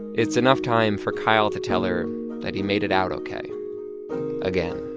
it's enough time for kyle to tell her that he made it out ok again